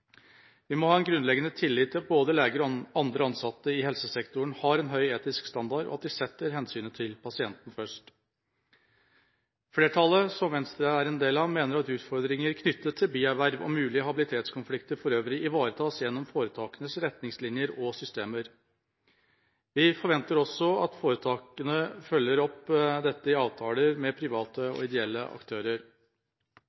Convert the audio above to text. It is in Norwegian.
Vi må ha en grunnleggende tillit til at både leger og andre ansatte i helsesektoren har en høy etisk standard, og at de setter hensynet til pasienten først. Flertallet, som Venstre er en del av, mener at utfordringer knyttet til bierverv og mulige habilitetskonflikter for øvrig ivaretas gjennom foretakenes retningslinjer og systemer. Vi forventer også at foretakene følger opp dette i avtaler med private